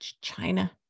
China